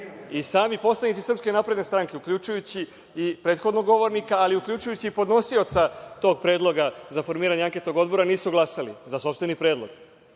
I sami poslanici SNS, uključujući i prethodnog govornika, ali uključujući i podnosioca tog predloga za formiranje anketnog odbora nisu glasali za sopstveni predlog.